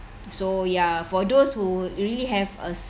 so ya for those who really have a